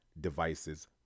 devices